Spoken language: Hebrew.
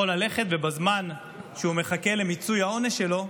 ללכת ולעבוד בגן אחר בזמן שהוא מחכה למיצוי העונש שלו.